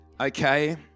Okay